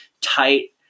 tight